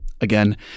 Again